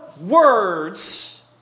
Words